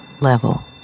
level